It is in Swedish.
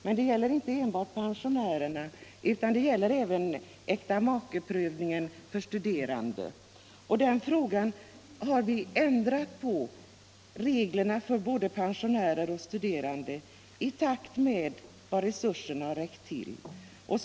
Men det gäller inte enbart pensionärerna utan även äktamakeprövningen för studerande. Vi har ändrat på reglerna för både pensionärerna och de studerande i takt med vad resurserna har tillåtit.